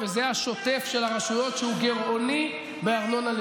אתה מאמין לעצמך או שזה סתם, דיבורים בעלמא?